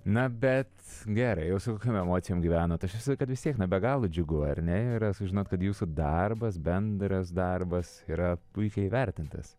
na bet gerai o su kokiom emocijom gyvenot aš įsivaizduoju kad vis tiek be galo džiugu ar ne yra sužinot kad jūsų darbas bendras darbas yra puikiai įvertintas